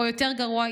או יותר גרוע,